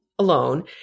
alone